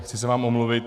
Chci se vám omluvit.